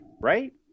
right